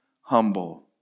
humble